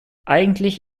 eigentlich